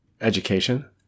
education